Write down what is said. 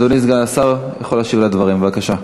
אדוני סגן השר, אתה יכול להשיב לדברים, בבקשה.